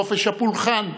בחופש הפולחן,